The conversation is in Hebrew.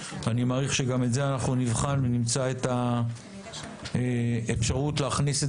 אני מעריך שגם את זה אנחנו נבחן ונמצא את האפשרות להכניס את